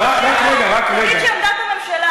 עמדת הממשלה,